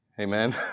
Amen